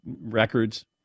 records